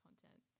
content